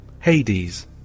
HADES